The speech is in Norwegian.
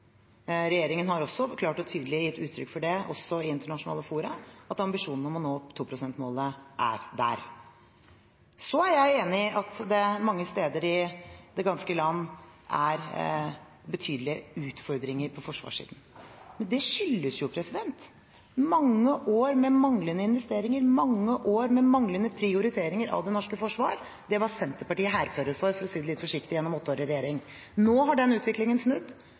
Regjeringen har også klart og tydelig gitt uttrykk for det, også i internasjonale fora, at ambisjonen om å nå 2- prosentmålet er der. Jeg er enig i at det mange steder i det ganske land er betydelige utfordringer på forsvarssiden. Det skyldes jo mange år med manglende investeringer, mange år med manglende prioriteringer av det norske forsvar. Det var Senterpartiet hærfører for, for å si det litt forsiktig, gjennom åtte år i regjering. Nå har den utviklingen snudd.